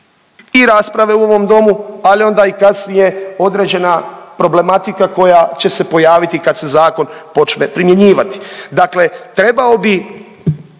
i rasprave u ovom domu, ali onda i kasnije, određena problematika koja će se pojaviti kad se zakon počne primjenjivati. Dakle trebao bi